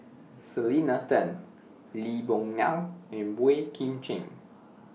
Selena Tan Lee Boon Ngan and Boey Kim Cheng